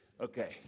okay